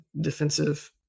defensive